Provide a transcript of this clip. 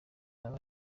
haba